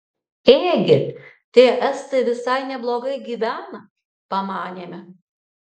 ėgi tie estai visai neblogai gyvena pamanėme